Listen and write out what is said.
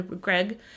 Greg